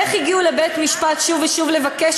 ואיך הגיעו לבית-משפט שוב ושוב לבקש